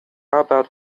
about